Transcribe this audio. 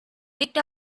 picked